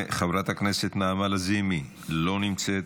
חברת הכנסת נעמה לזימי, לא נמצאת.